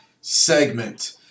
segment